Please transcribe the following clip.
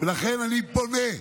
לכן אני פונה.